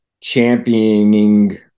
championing